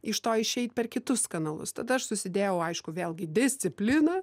iš to išeit per kitus kanalus tada aš susidėjau aišku vėlgi discipliną